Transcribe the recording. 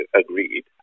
agreed